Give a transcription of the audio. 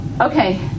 Okay